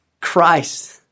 Christ